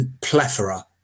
plethora